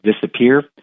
disappear